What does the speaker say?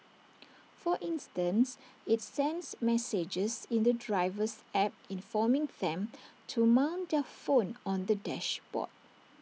for instance IT sends messages in the driver's app informing them to mount their phone on the dashboard